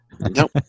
Nope